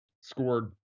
scored